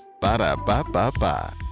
Ba-da-ba-ba-ba